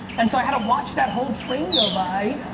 and so i had to watch that whole train go by.